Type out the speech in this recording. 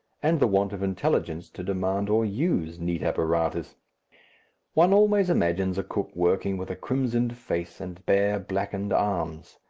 and the want of intelligence to demand or use neat apparatus one always imagines a cook working with a crimsoned face and bare blackened arms.